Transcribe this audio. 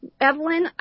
Evelyn